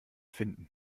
finden